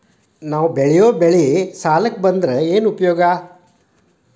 ನಾವ್ ಬೆಳೆಯೊ ಬೆಳಿ ಸಾಲಕ ಬಂದ್ರ ಏನ್ ಉಪಯೋಗ?